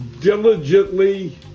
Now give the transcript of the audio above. diligently